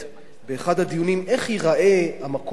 באחד הדיונים: איך ייראה המקום הזה?